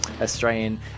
Australian